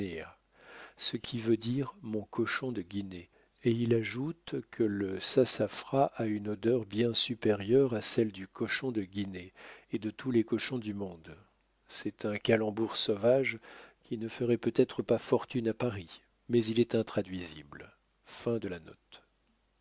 ce qui veut dire mon cochon de guinée et il ajoute que le sassafras a une odeur bien supérieure à celle du cochon de guinée et de tous les cochons du monde c'est un calembour sauvage qui ne ferait peut-être pas fortune à paris mais il est